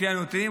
לפי הנתונים,